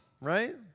right